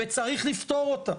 וצריך לפתור אותה.